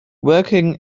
working